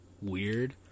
weird